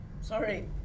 sorry